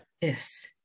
Yes